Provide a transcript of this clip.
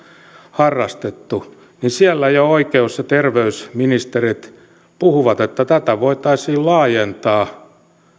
harrastettu siellä jo oikeus ja terveysministerit puhuvat että tätä voitaisiin laajentaa